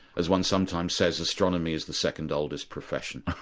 as one sometimes says, astronomy is the second-oldest profession,